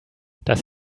das